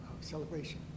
celebration